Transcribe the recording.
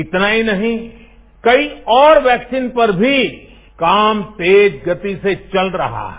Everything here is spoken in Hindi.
इतना ही नहीं कई और वैक्सीन पर भी काम तेज गति से चल रहा है